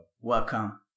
welcome